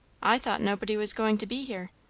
i thought nobody was going to be here.